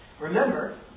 Remember